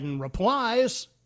replies